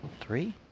three